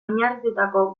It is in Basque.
oinarritutako